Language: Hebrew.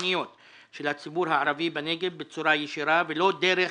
והתכנוניות של הציבור הערבי בנגב בצורה ישירה ולא דרך